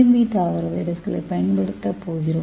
we தாவர வைரஸைப் பயன்படுத்தப் போகிறோம்